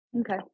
Okay